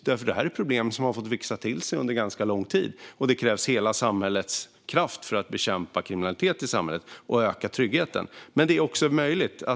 Det här är problem som har fått växa till sig under ganska lång tid, och det krävs hela samhällets kraft för att bekämpa kriminaliteten och öka tryggheten.